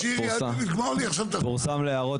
פורסם להערות